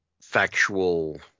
factual –